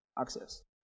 access